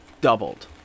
doubled